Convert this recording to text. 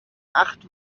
acht